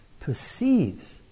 perceives